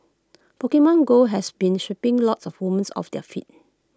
Pokemon go has been sweeping lots of women off their feet